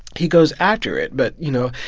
he goes after it. but, you know,